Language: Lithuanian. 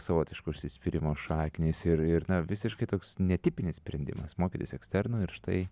savotiško užsispyrimo šaknys ir ir na visiškai toks netipinis sprendimas mokytis eksternu ir štai